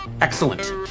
Excellent